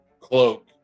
cloak